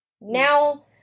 Now